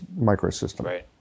microsystem